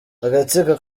agatsiko